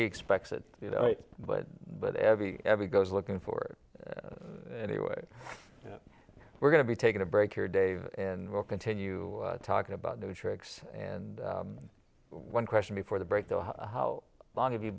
he expects it but but every every goes looking for anyway we're going to be taking a break here dave and we'll continue talking about the tricks and one question before the break how long have you